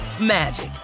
magic